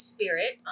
Spirit